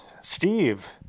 Steve